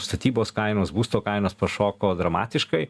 statybos kainos būsto kainos pašoko dramatiškai